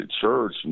church